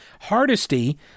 Hardesty